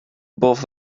both